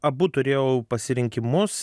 abu turėjau pasirinkimus